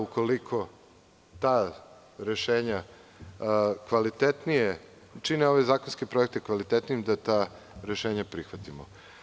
Ukoliko ta rešenja kvalitetnijim čine ove zakonske projekte da ta rešenja prihvatimo.